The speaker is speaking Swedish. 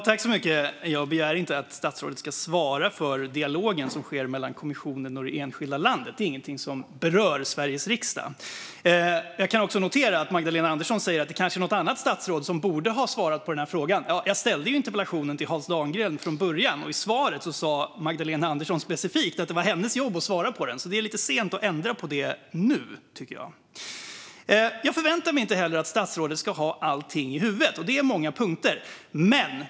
Fru talman! Jag begär inte att statsrådet ska svara för dialogen som sker mellan kommissionen och det enskilda landet. Det är inget som berör Sveriges riksdag. Jag noterar att Magdalena Andersson säger att det kanske är något annat statsråd som borde ha svarat på den här frågan. Ja, jag ställde interpellationen till Hans Dahlgren från början. I svaret sa Magdalena Andersson specifikt att det är hennes jobb att svara på den, så det är lite sent att ändra på det nu. Jag förväntar mig inte heller att statsrådet ska ha allt i huvudet. Det är många punkter.